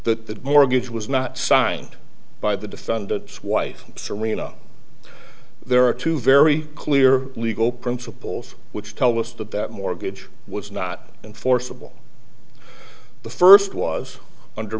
that the mortgage was not signed by the defendant's wife serina there are two very clear legal principles which tell us that that mortgage was not enforceable the first was under